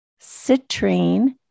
citrine